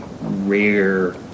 rare